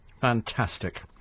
Fantastic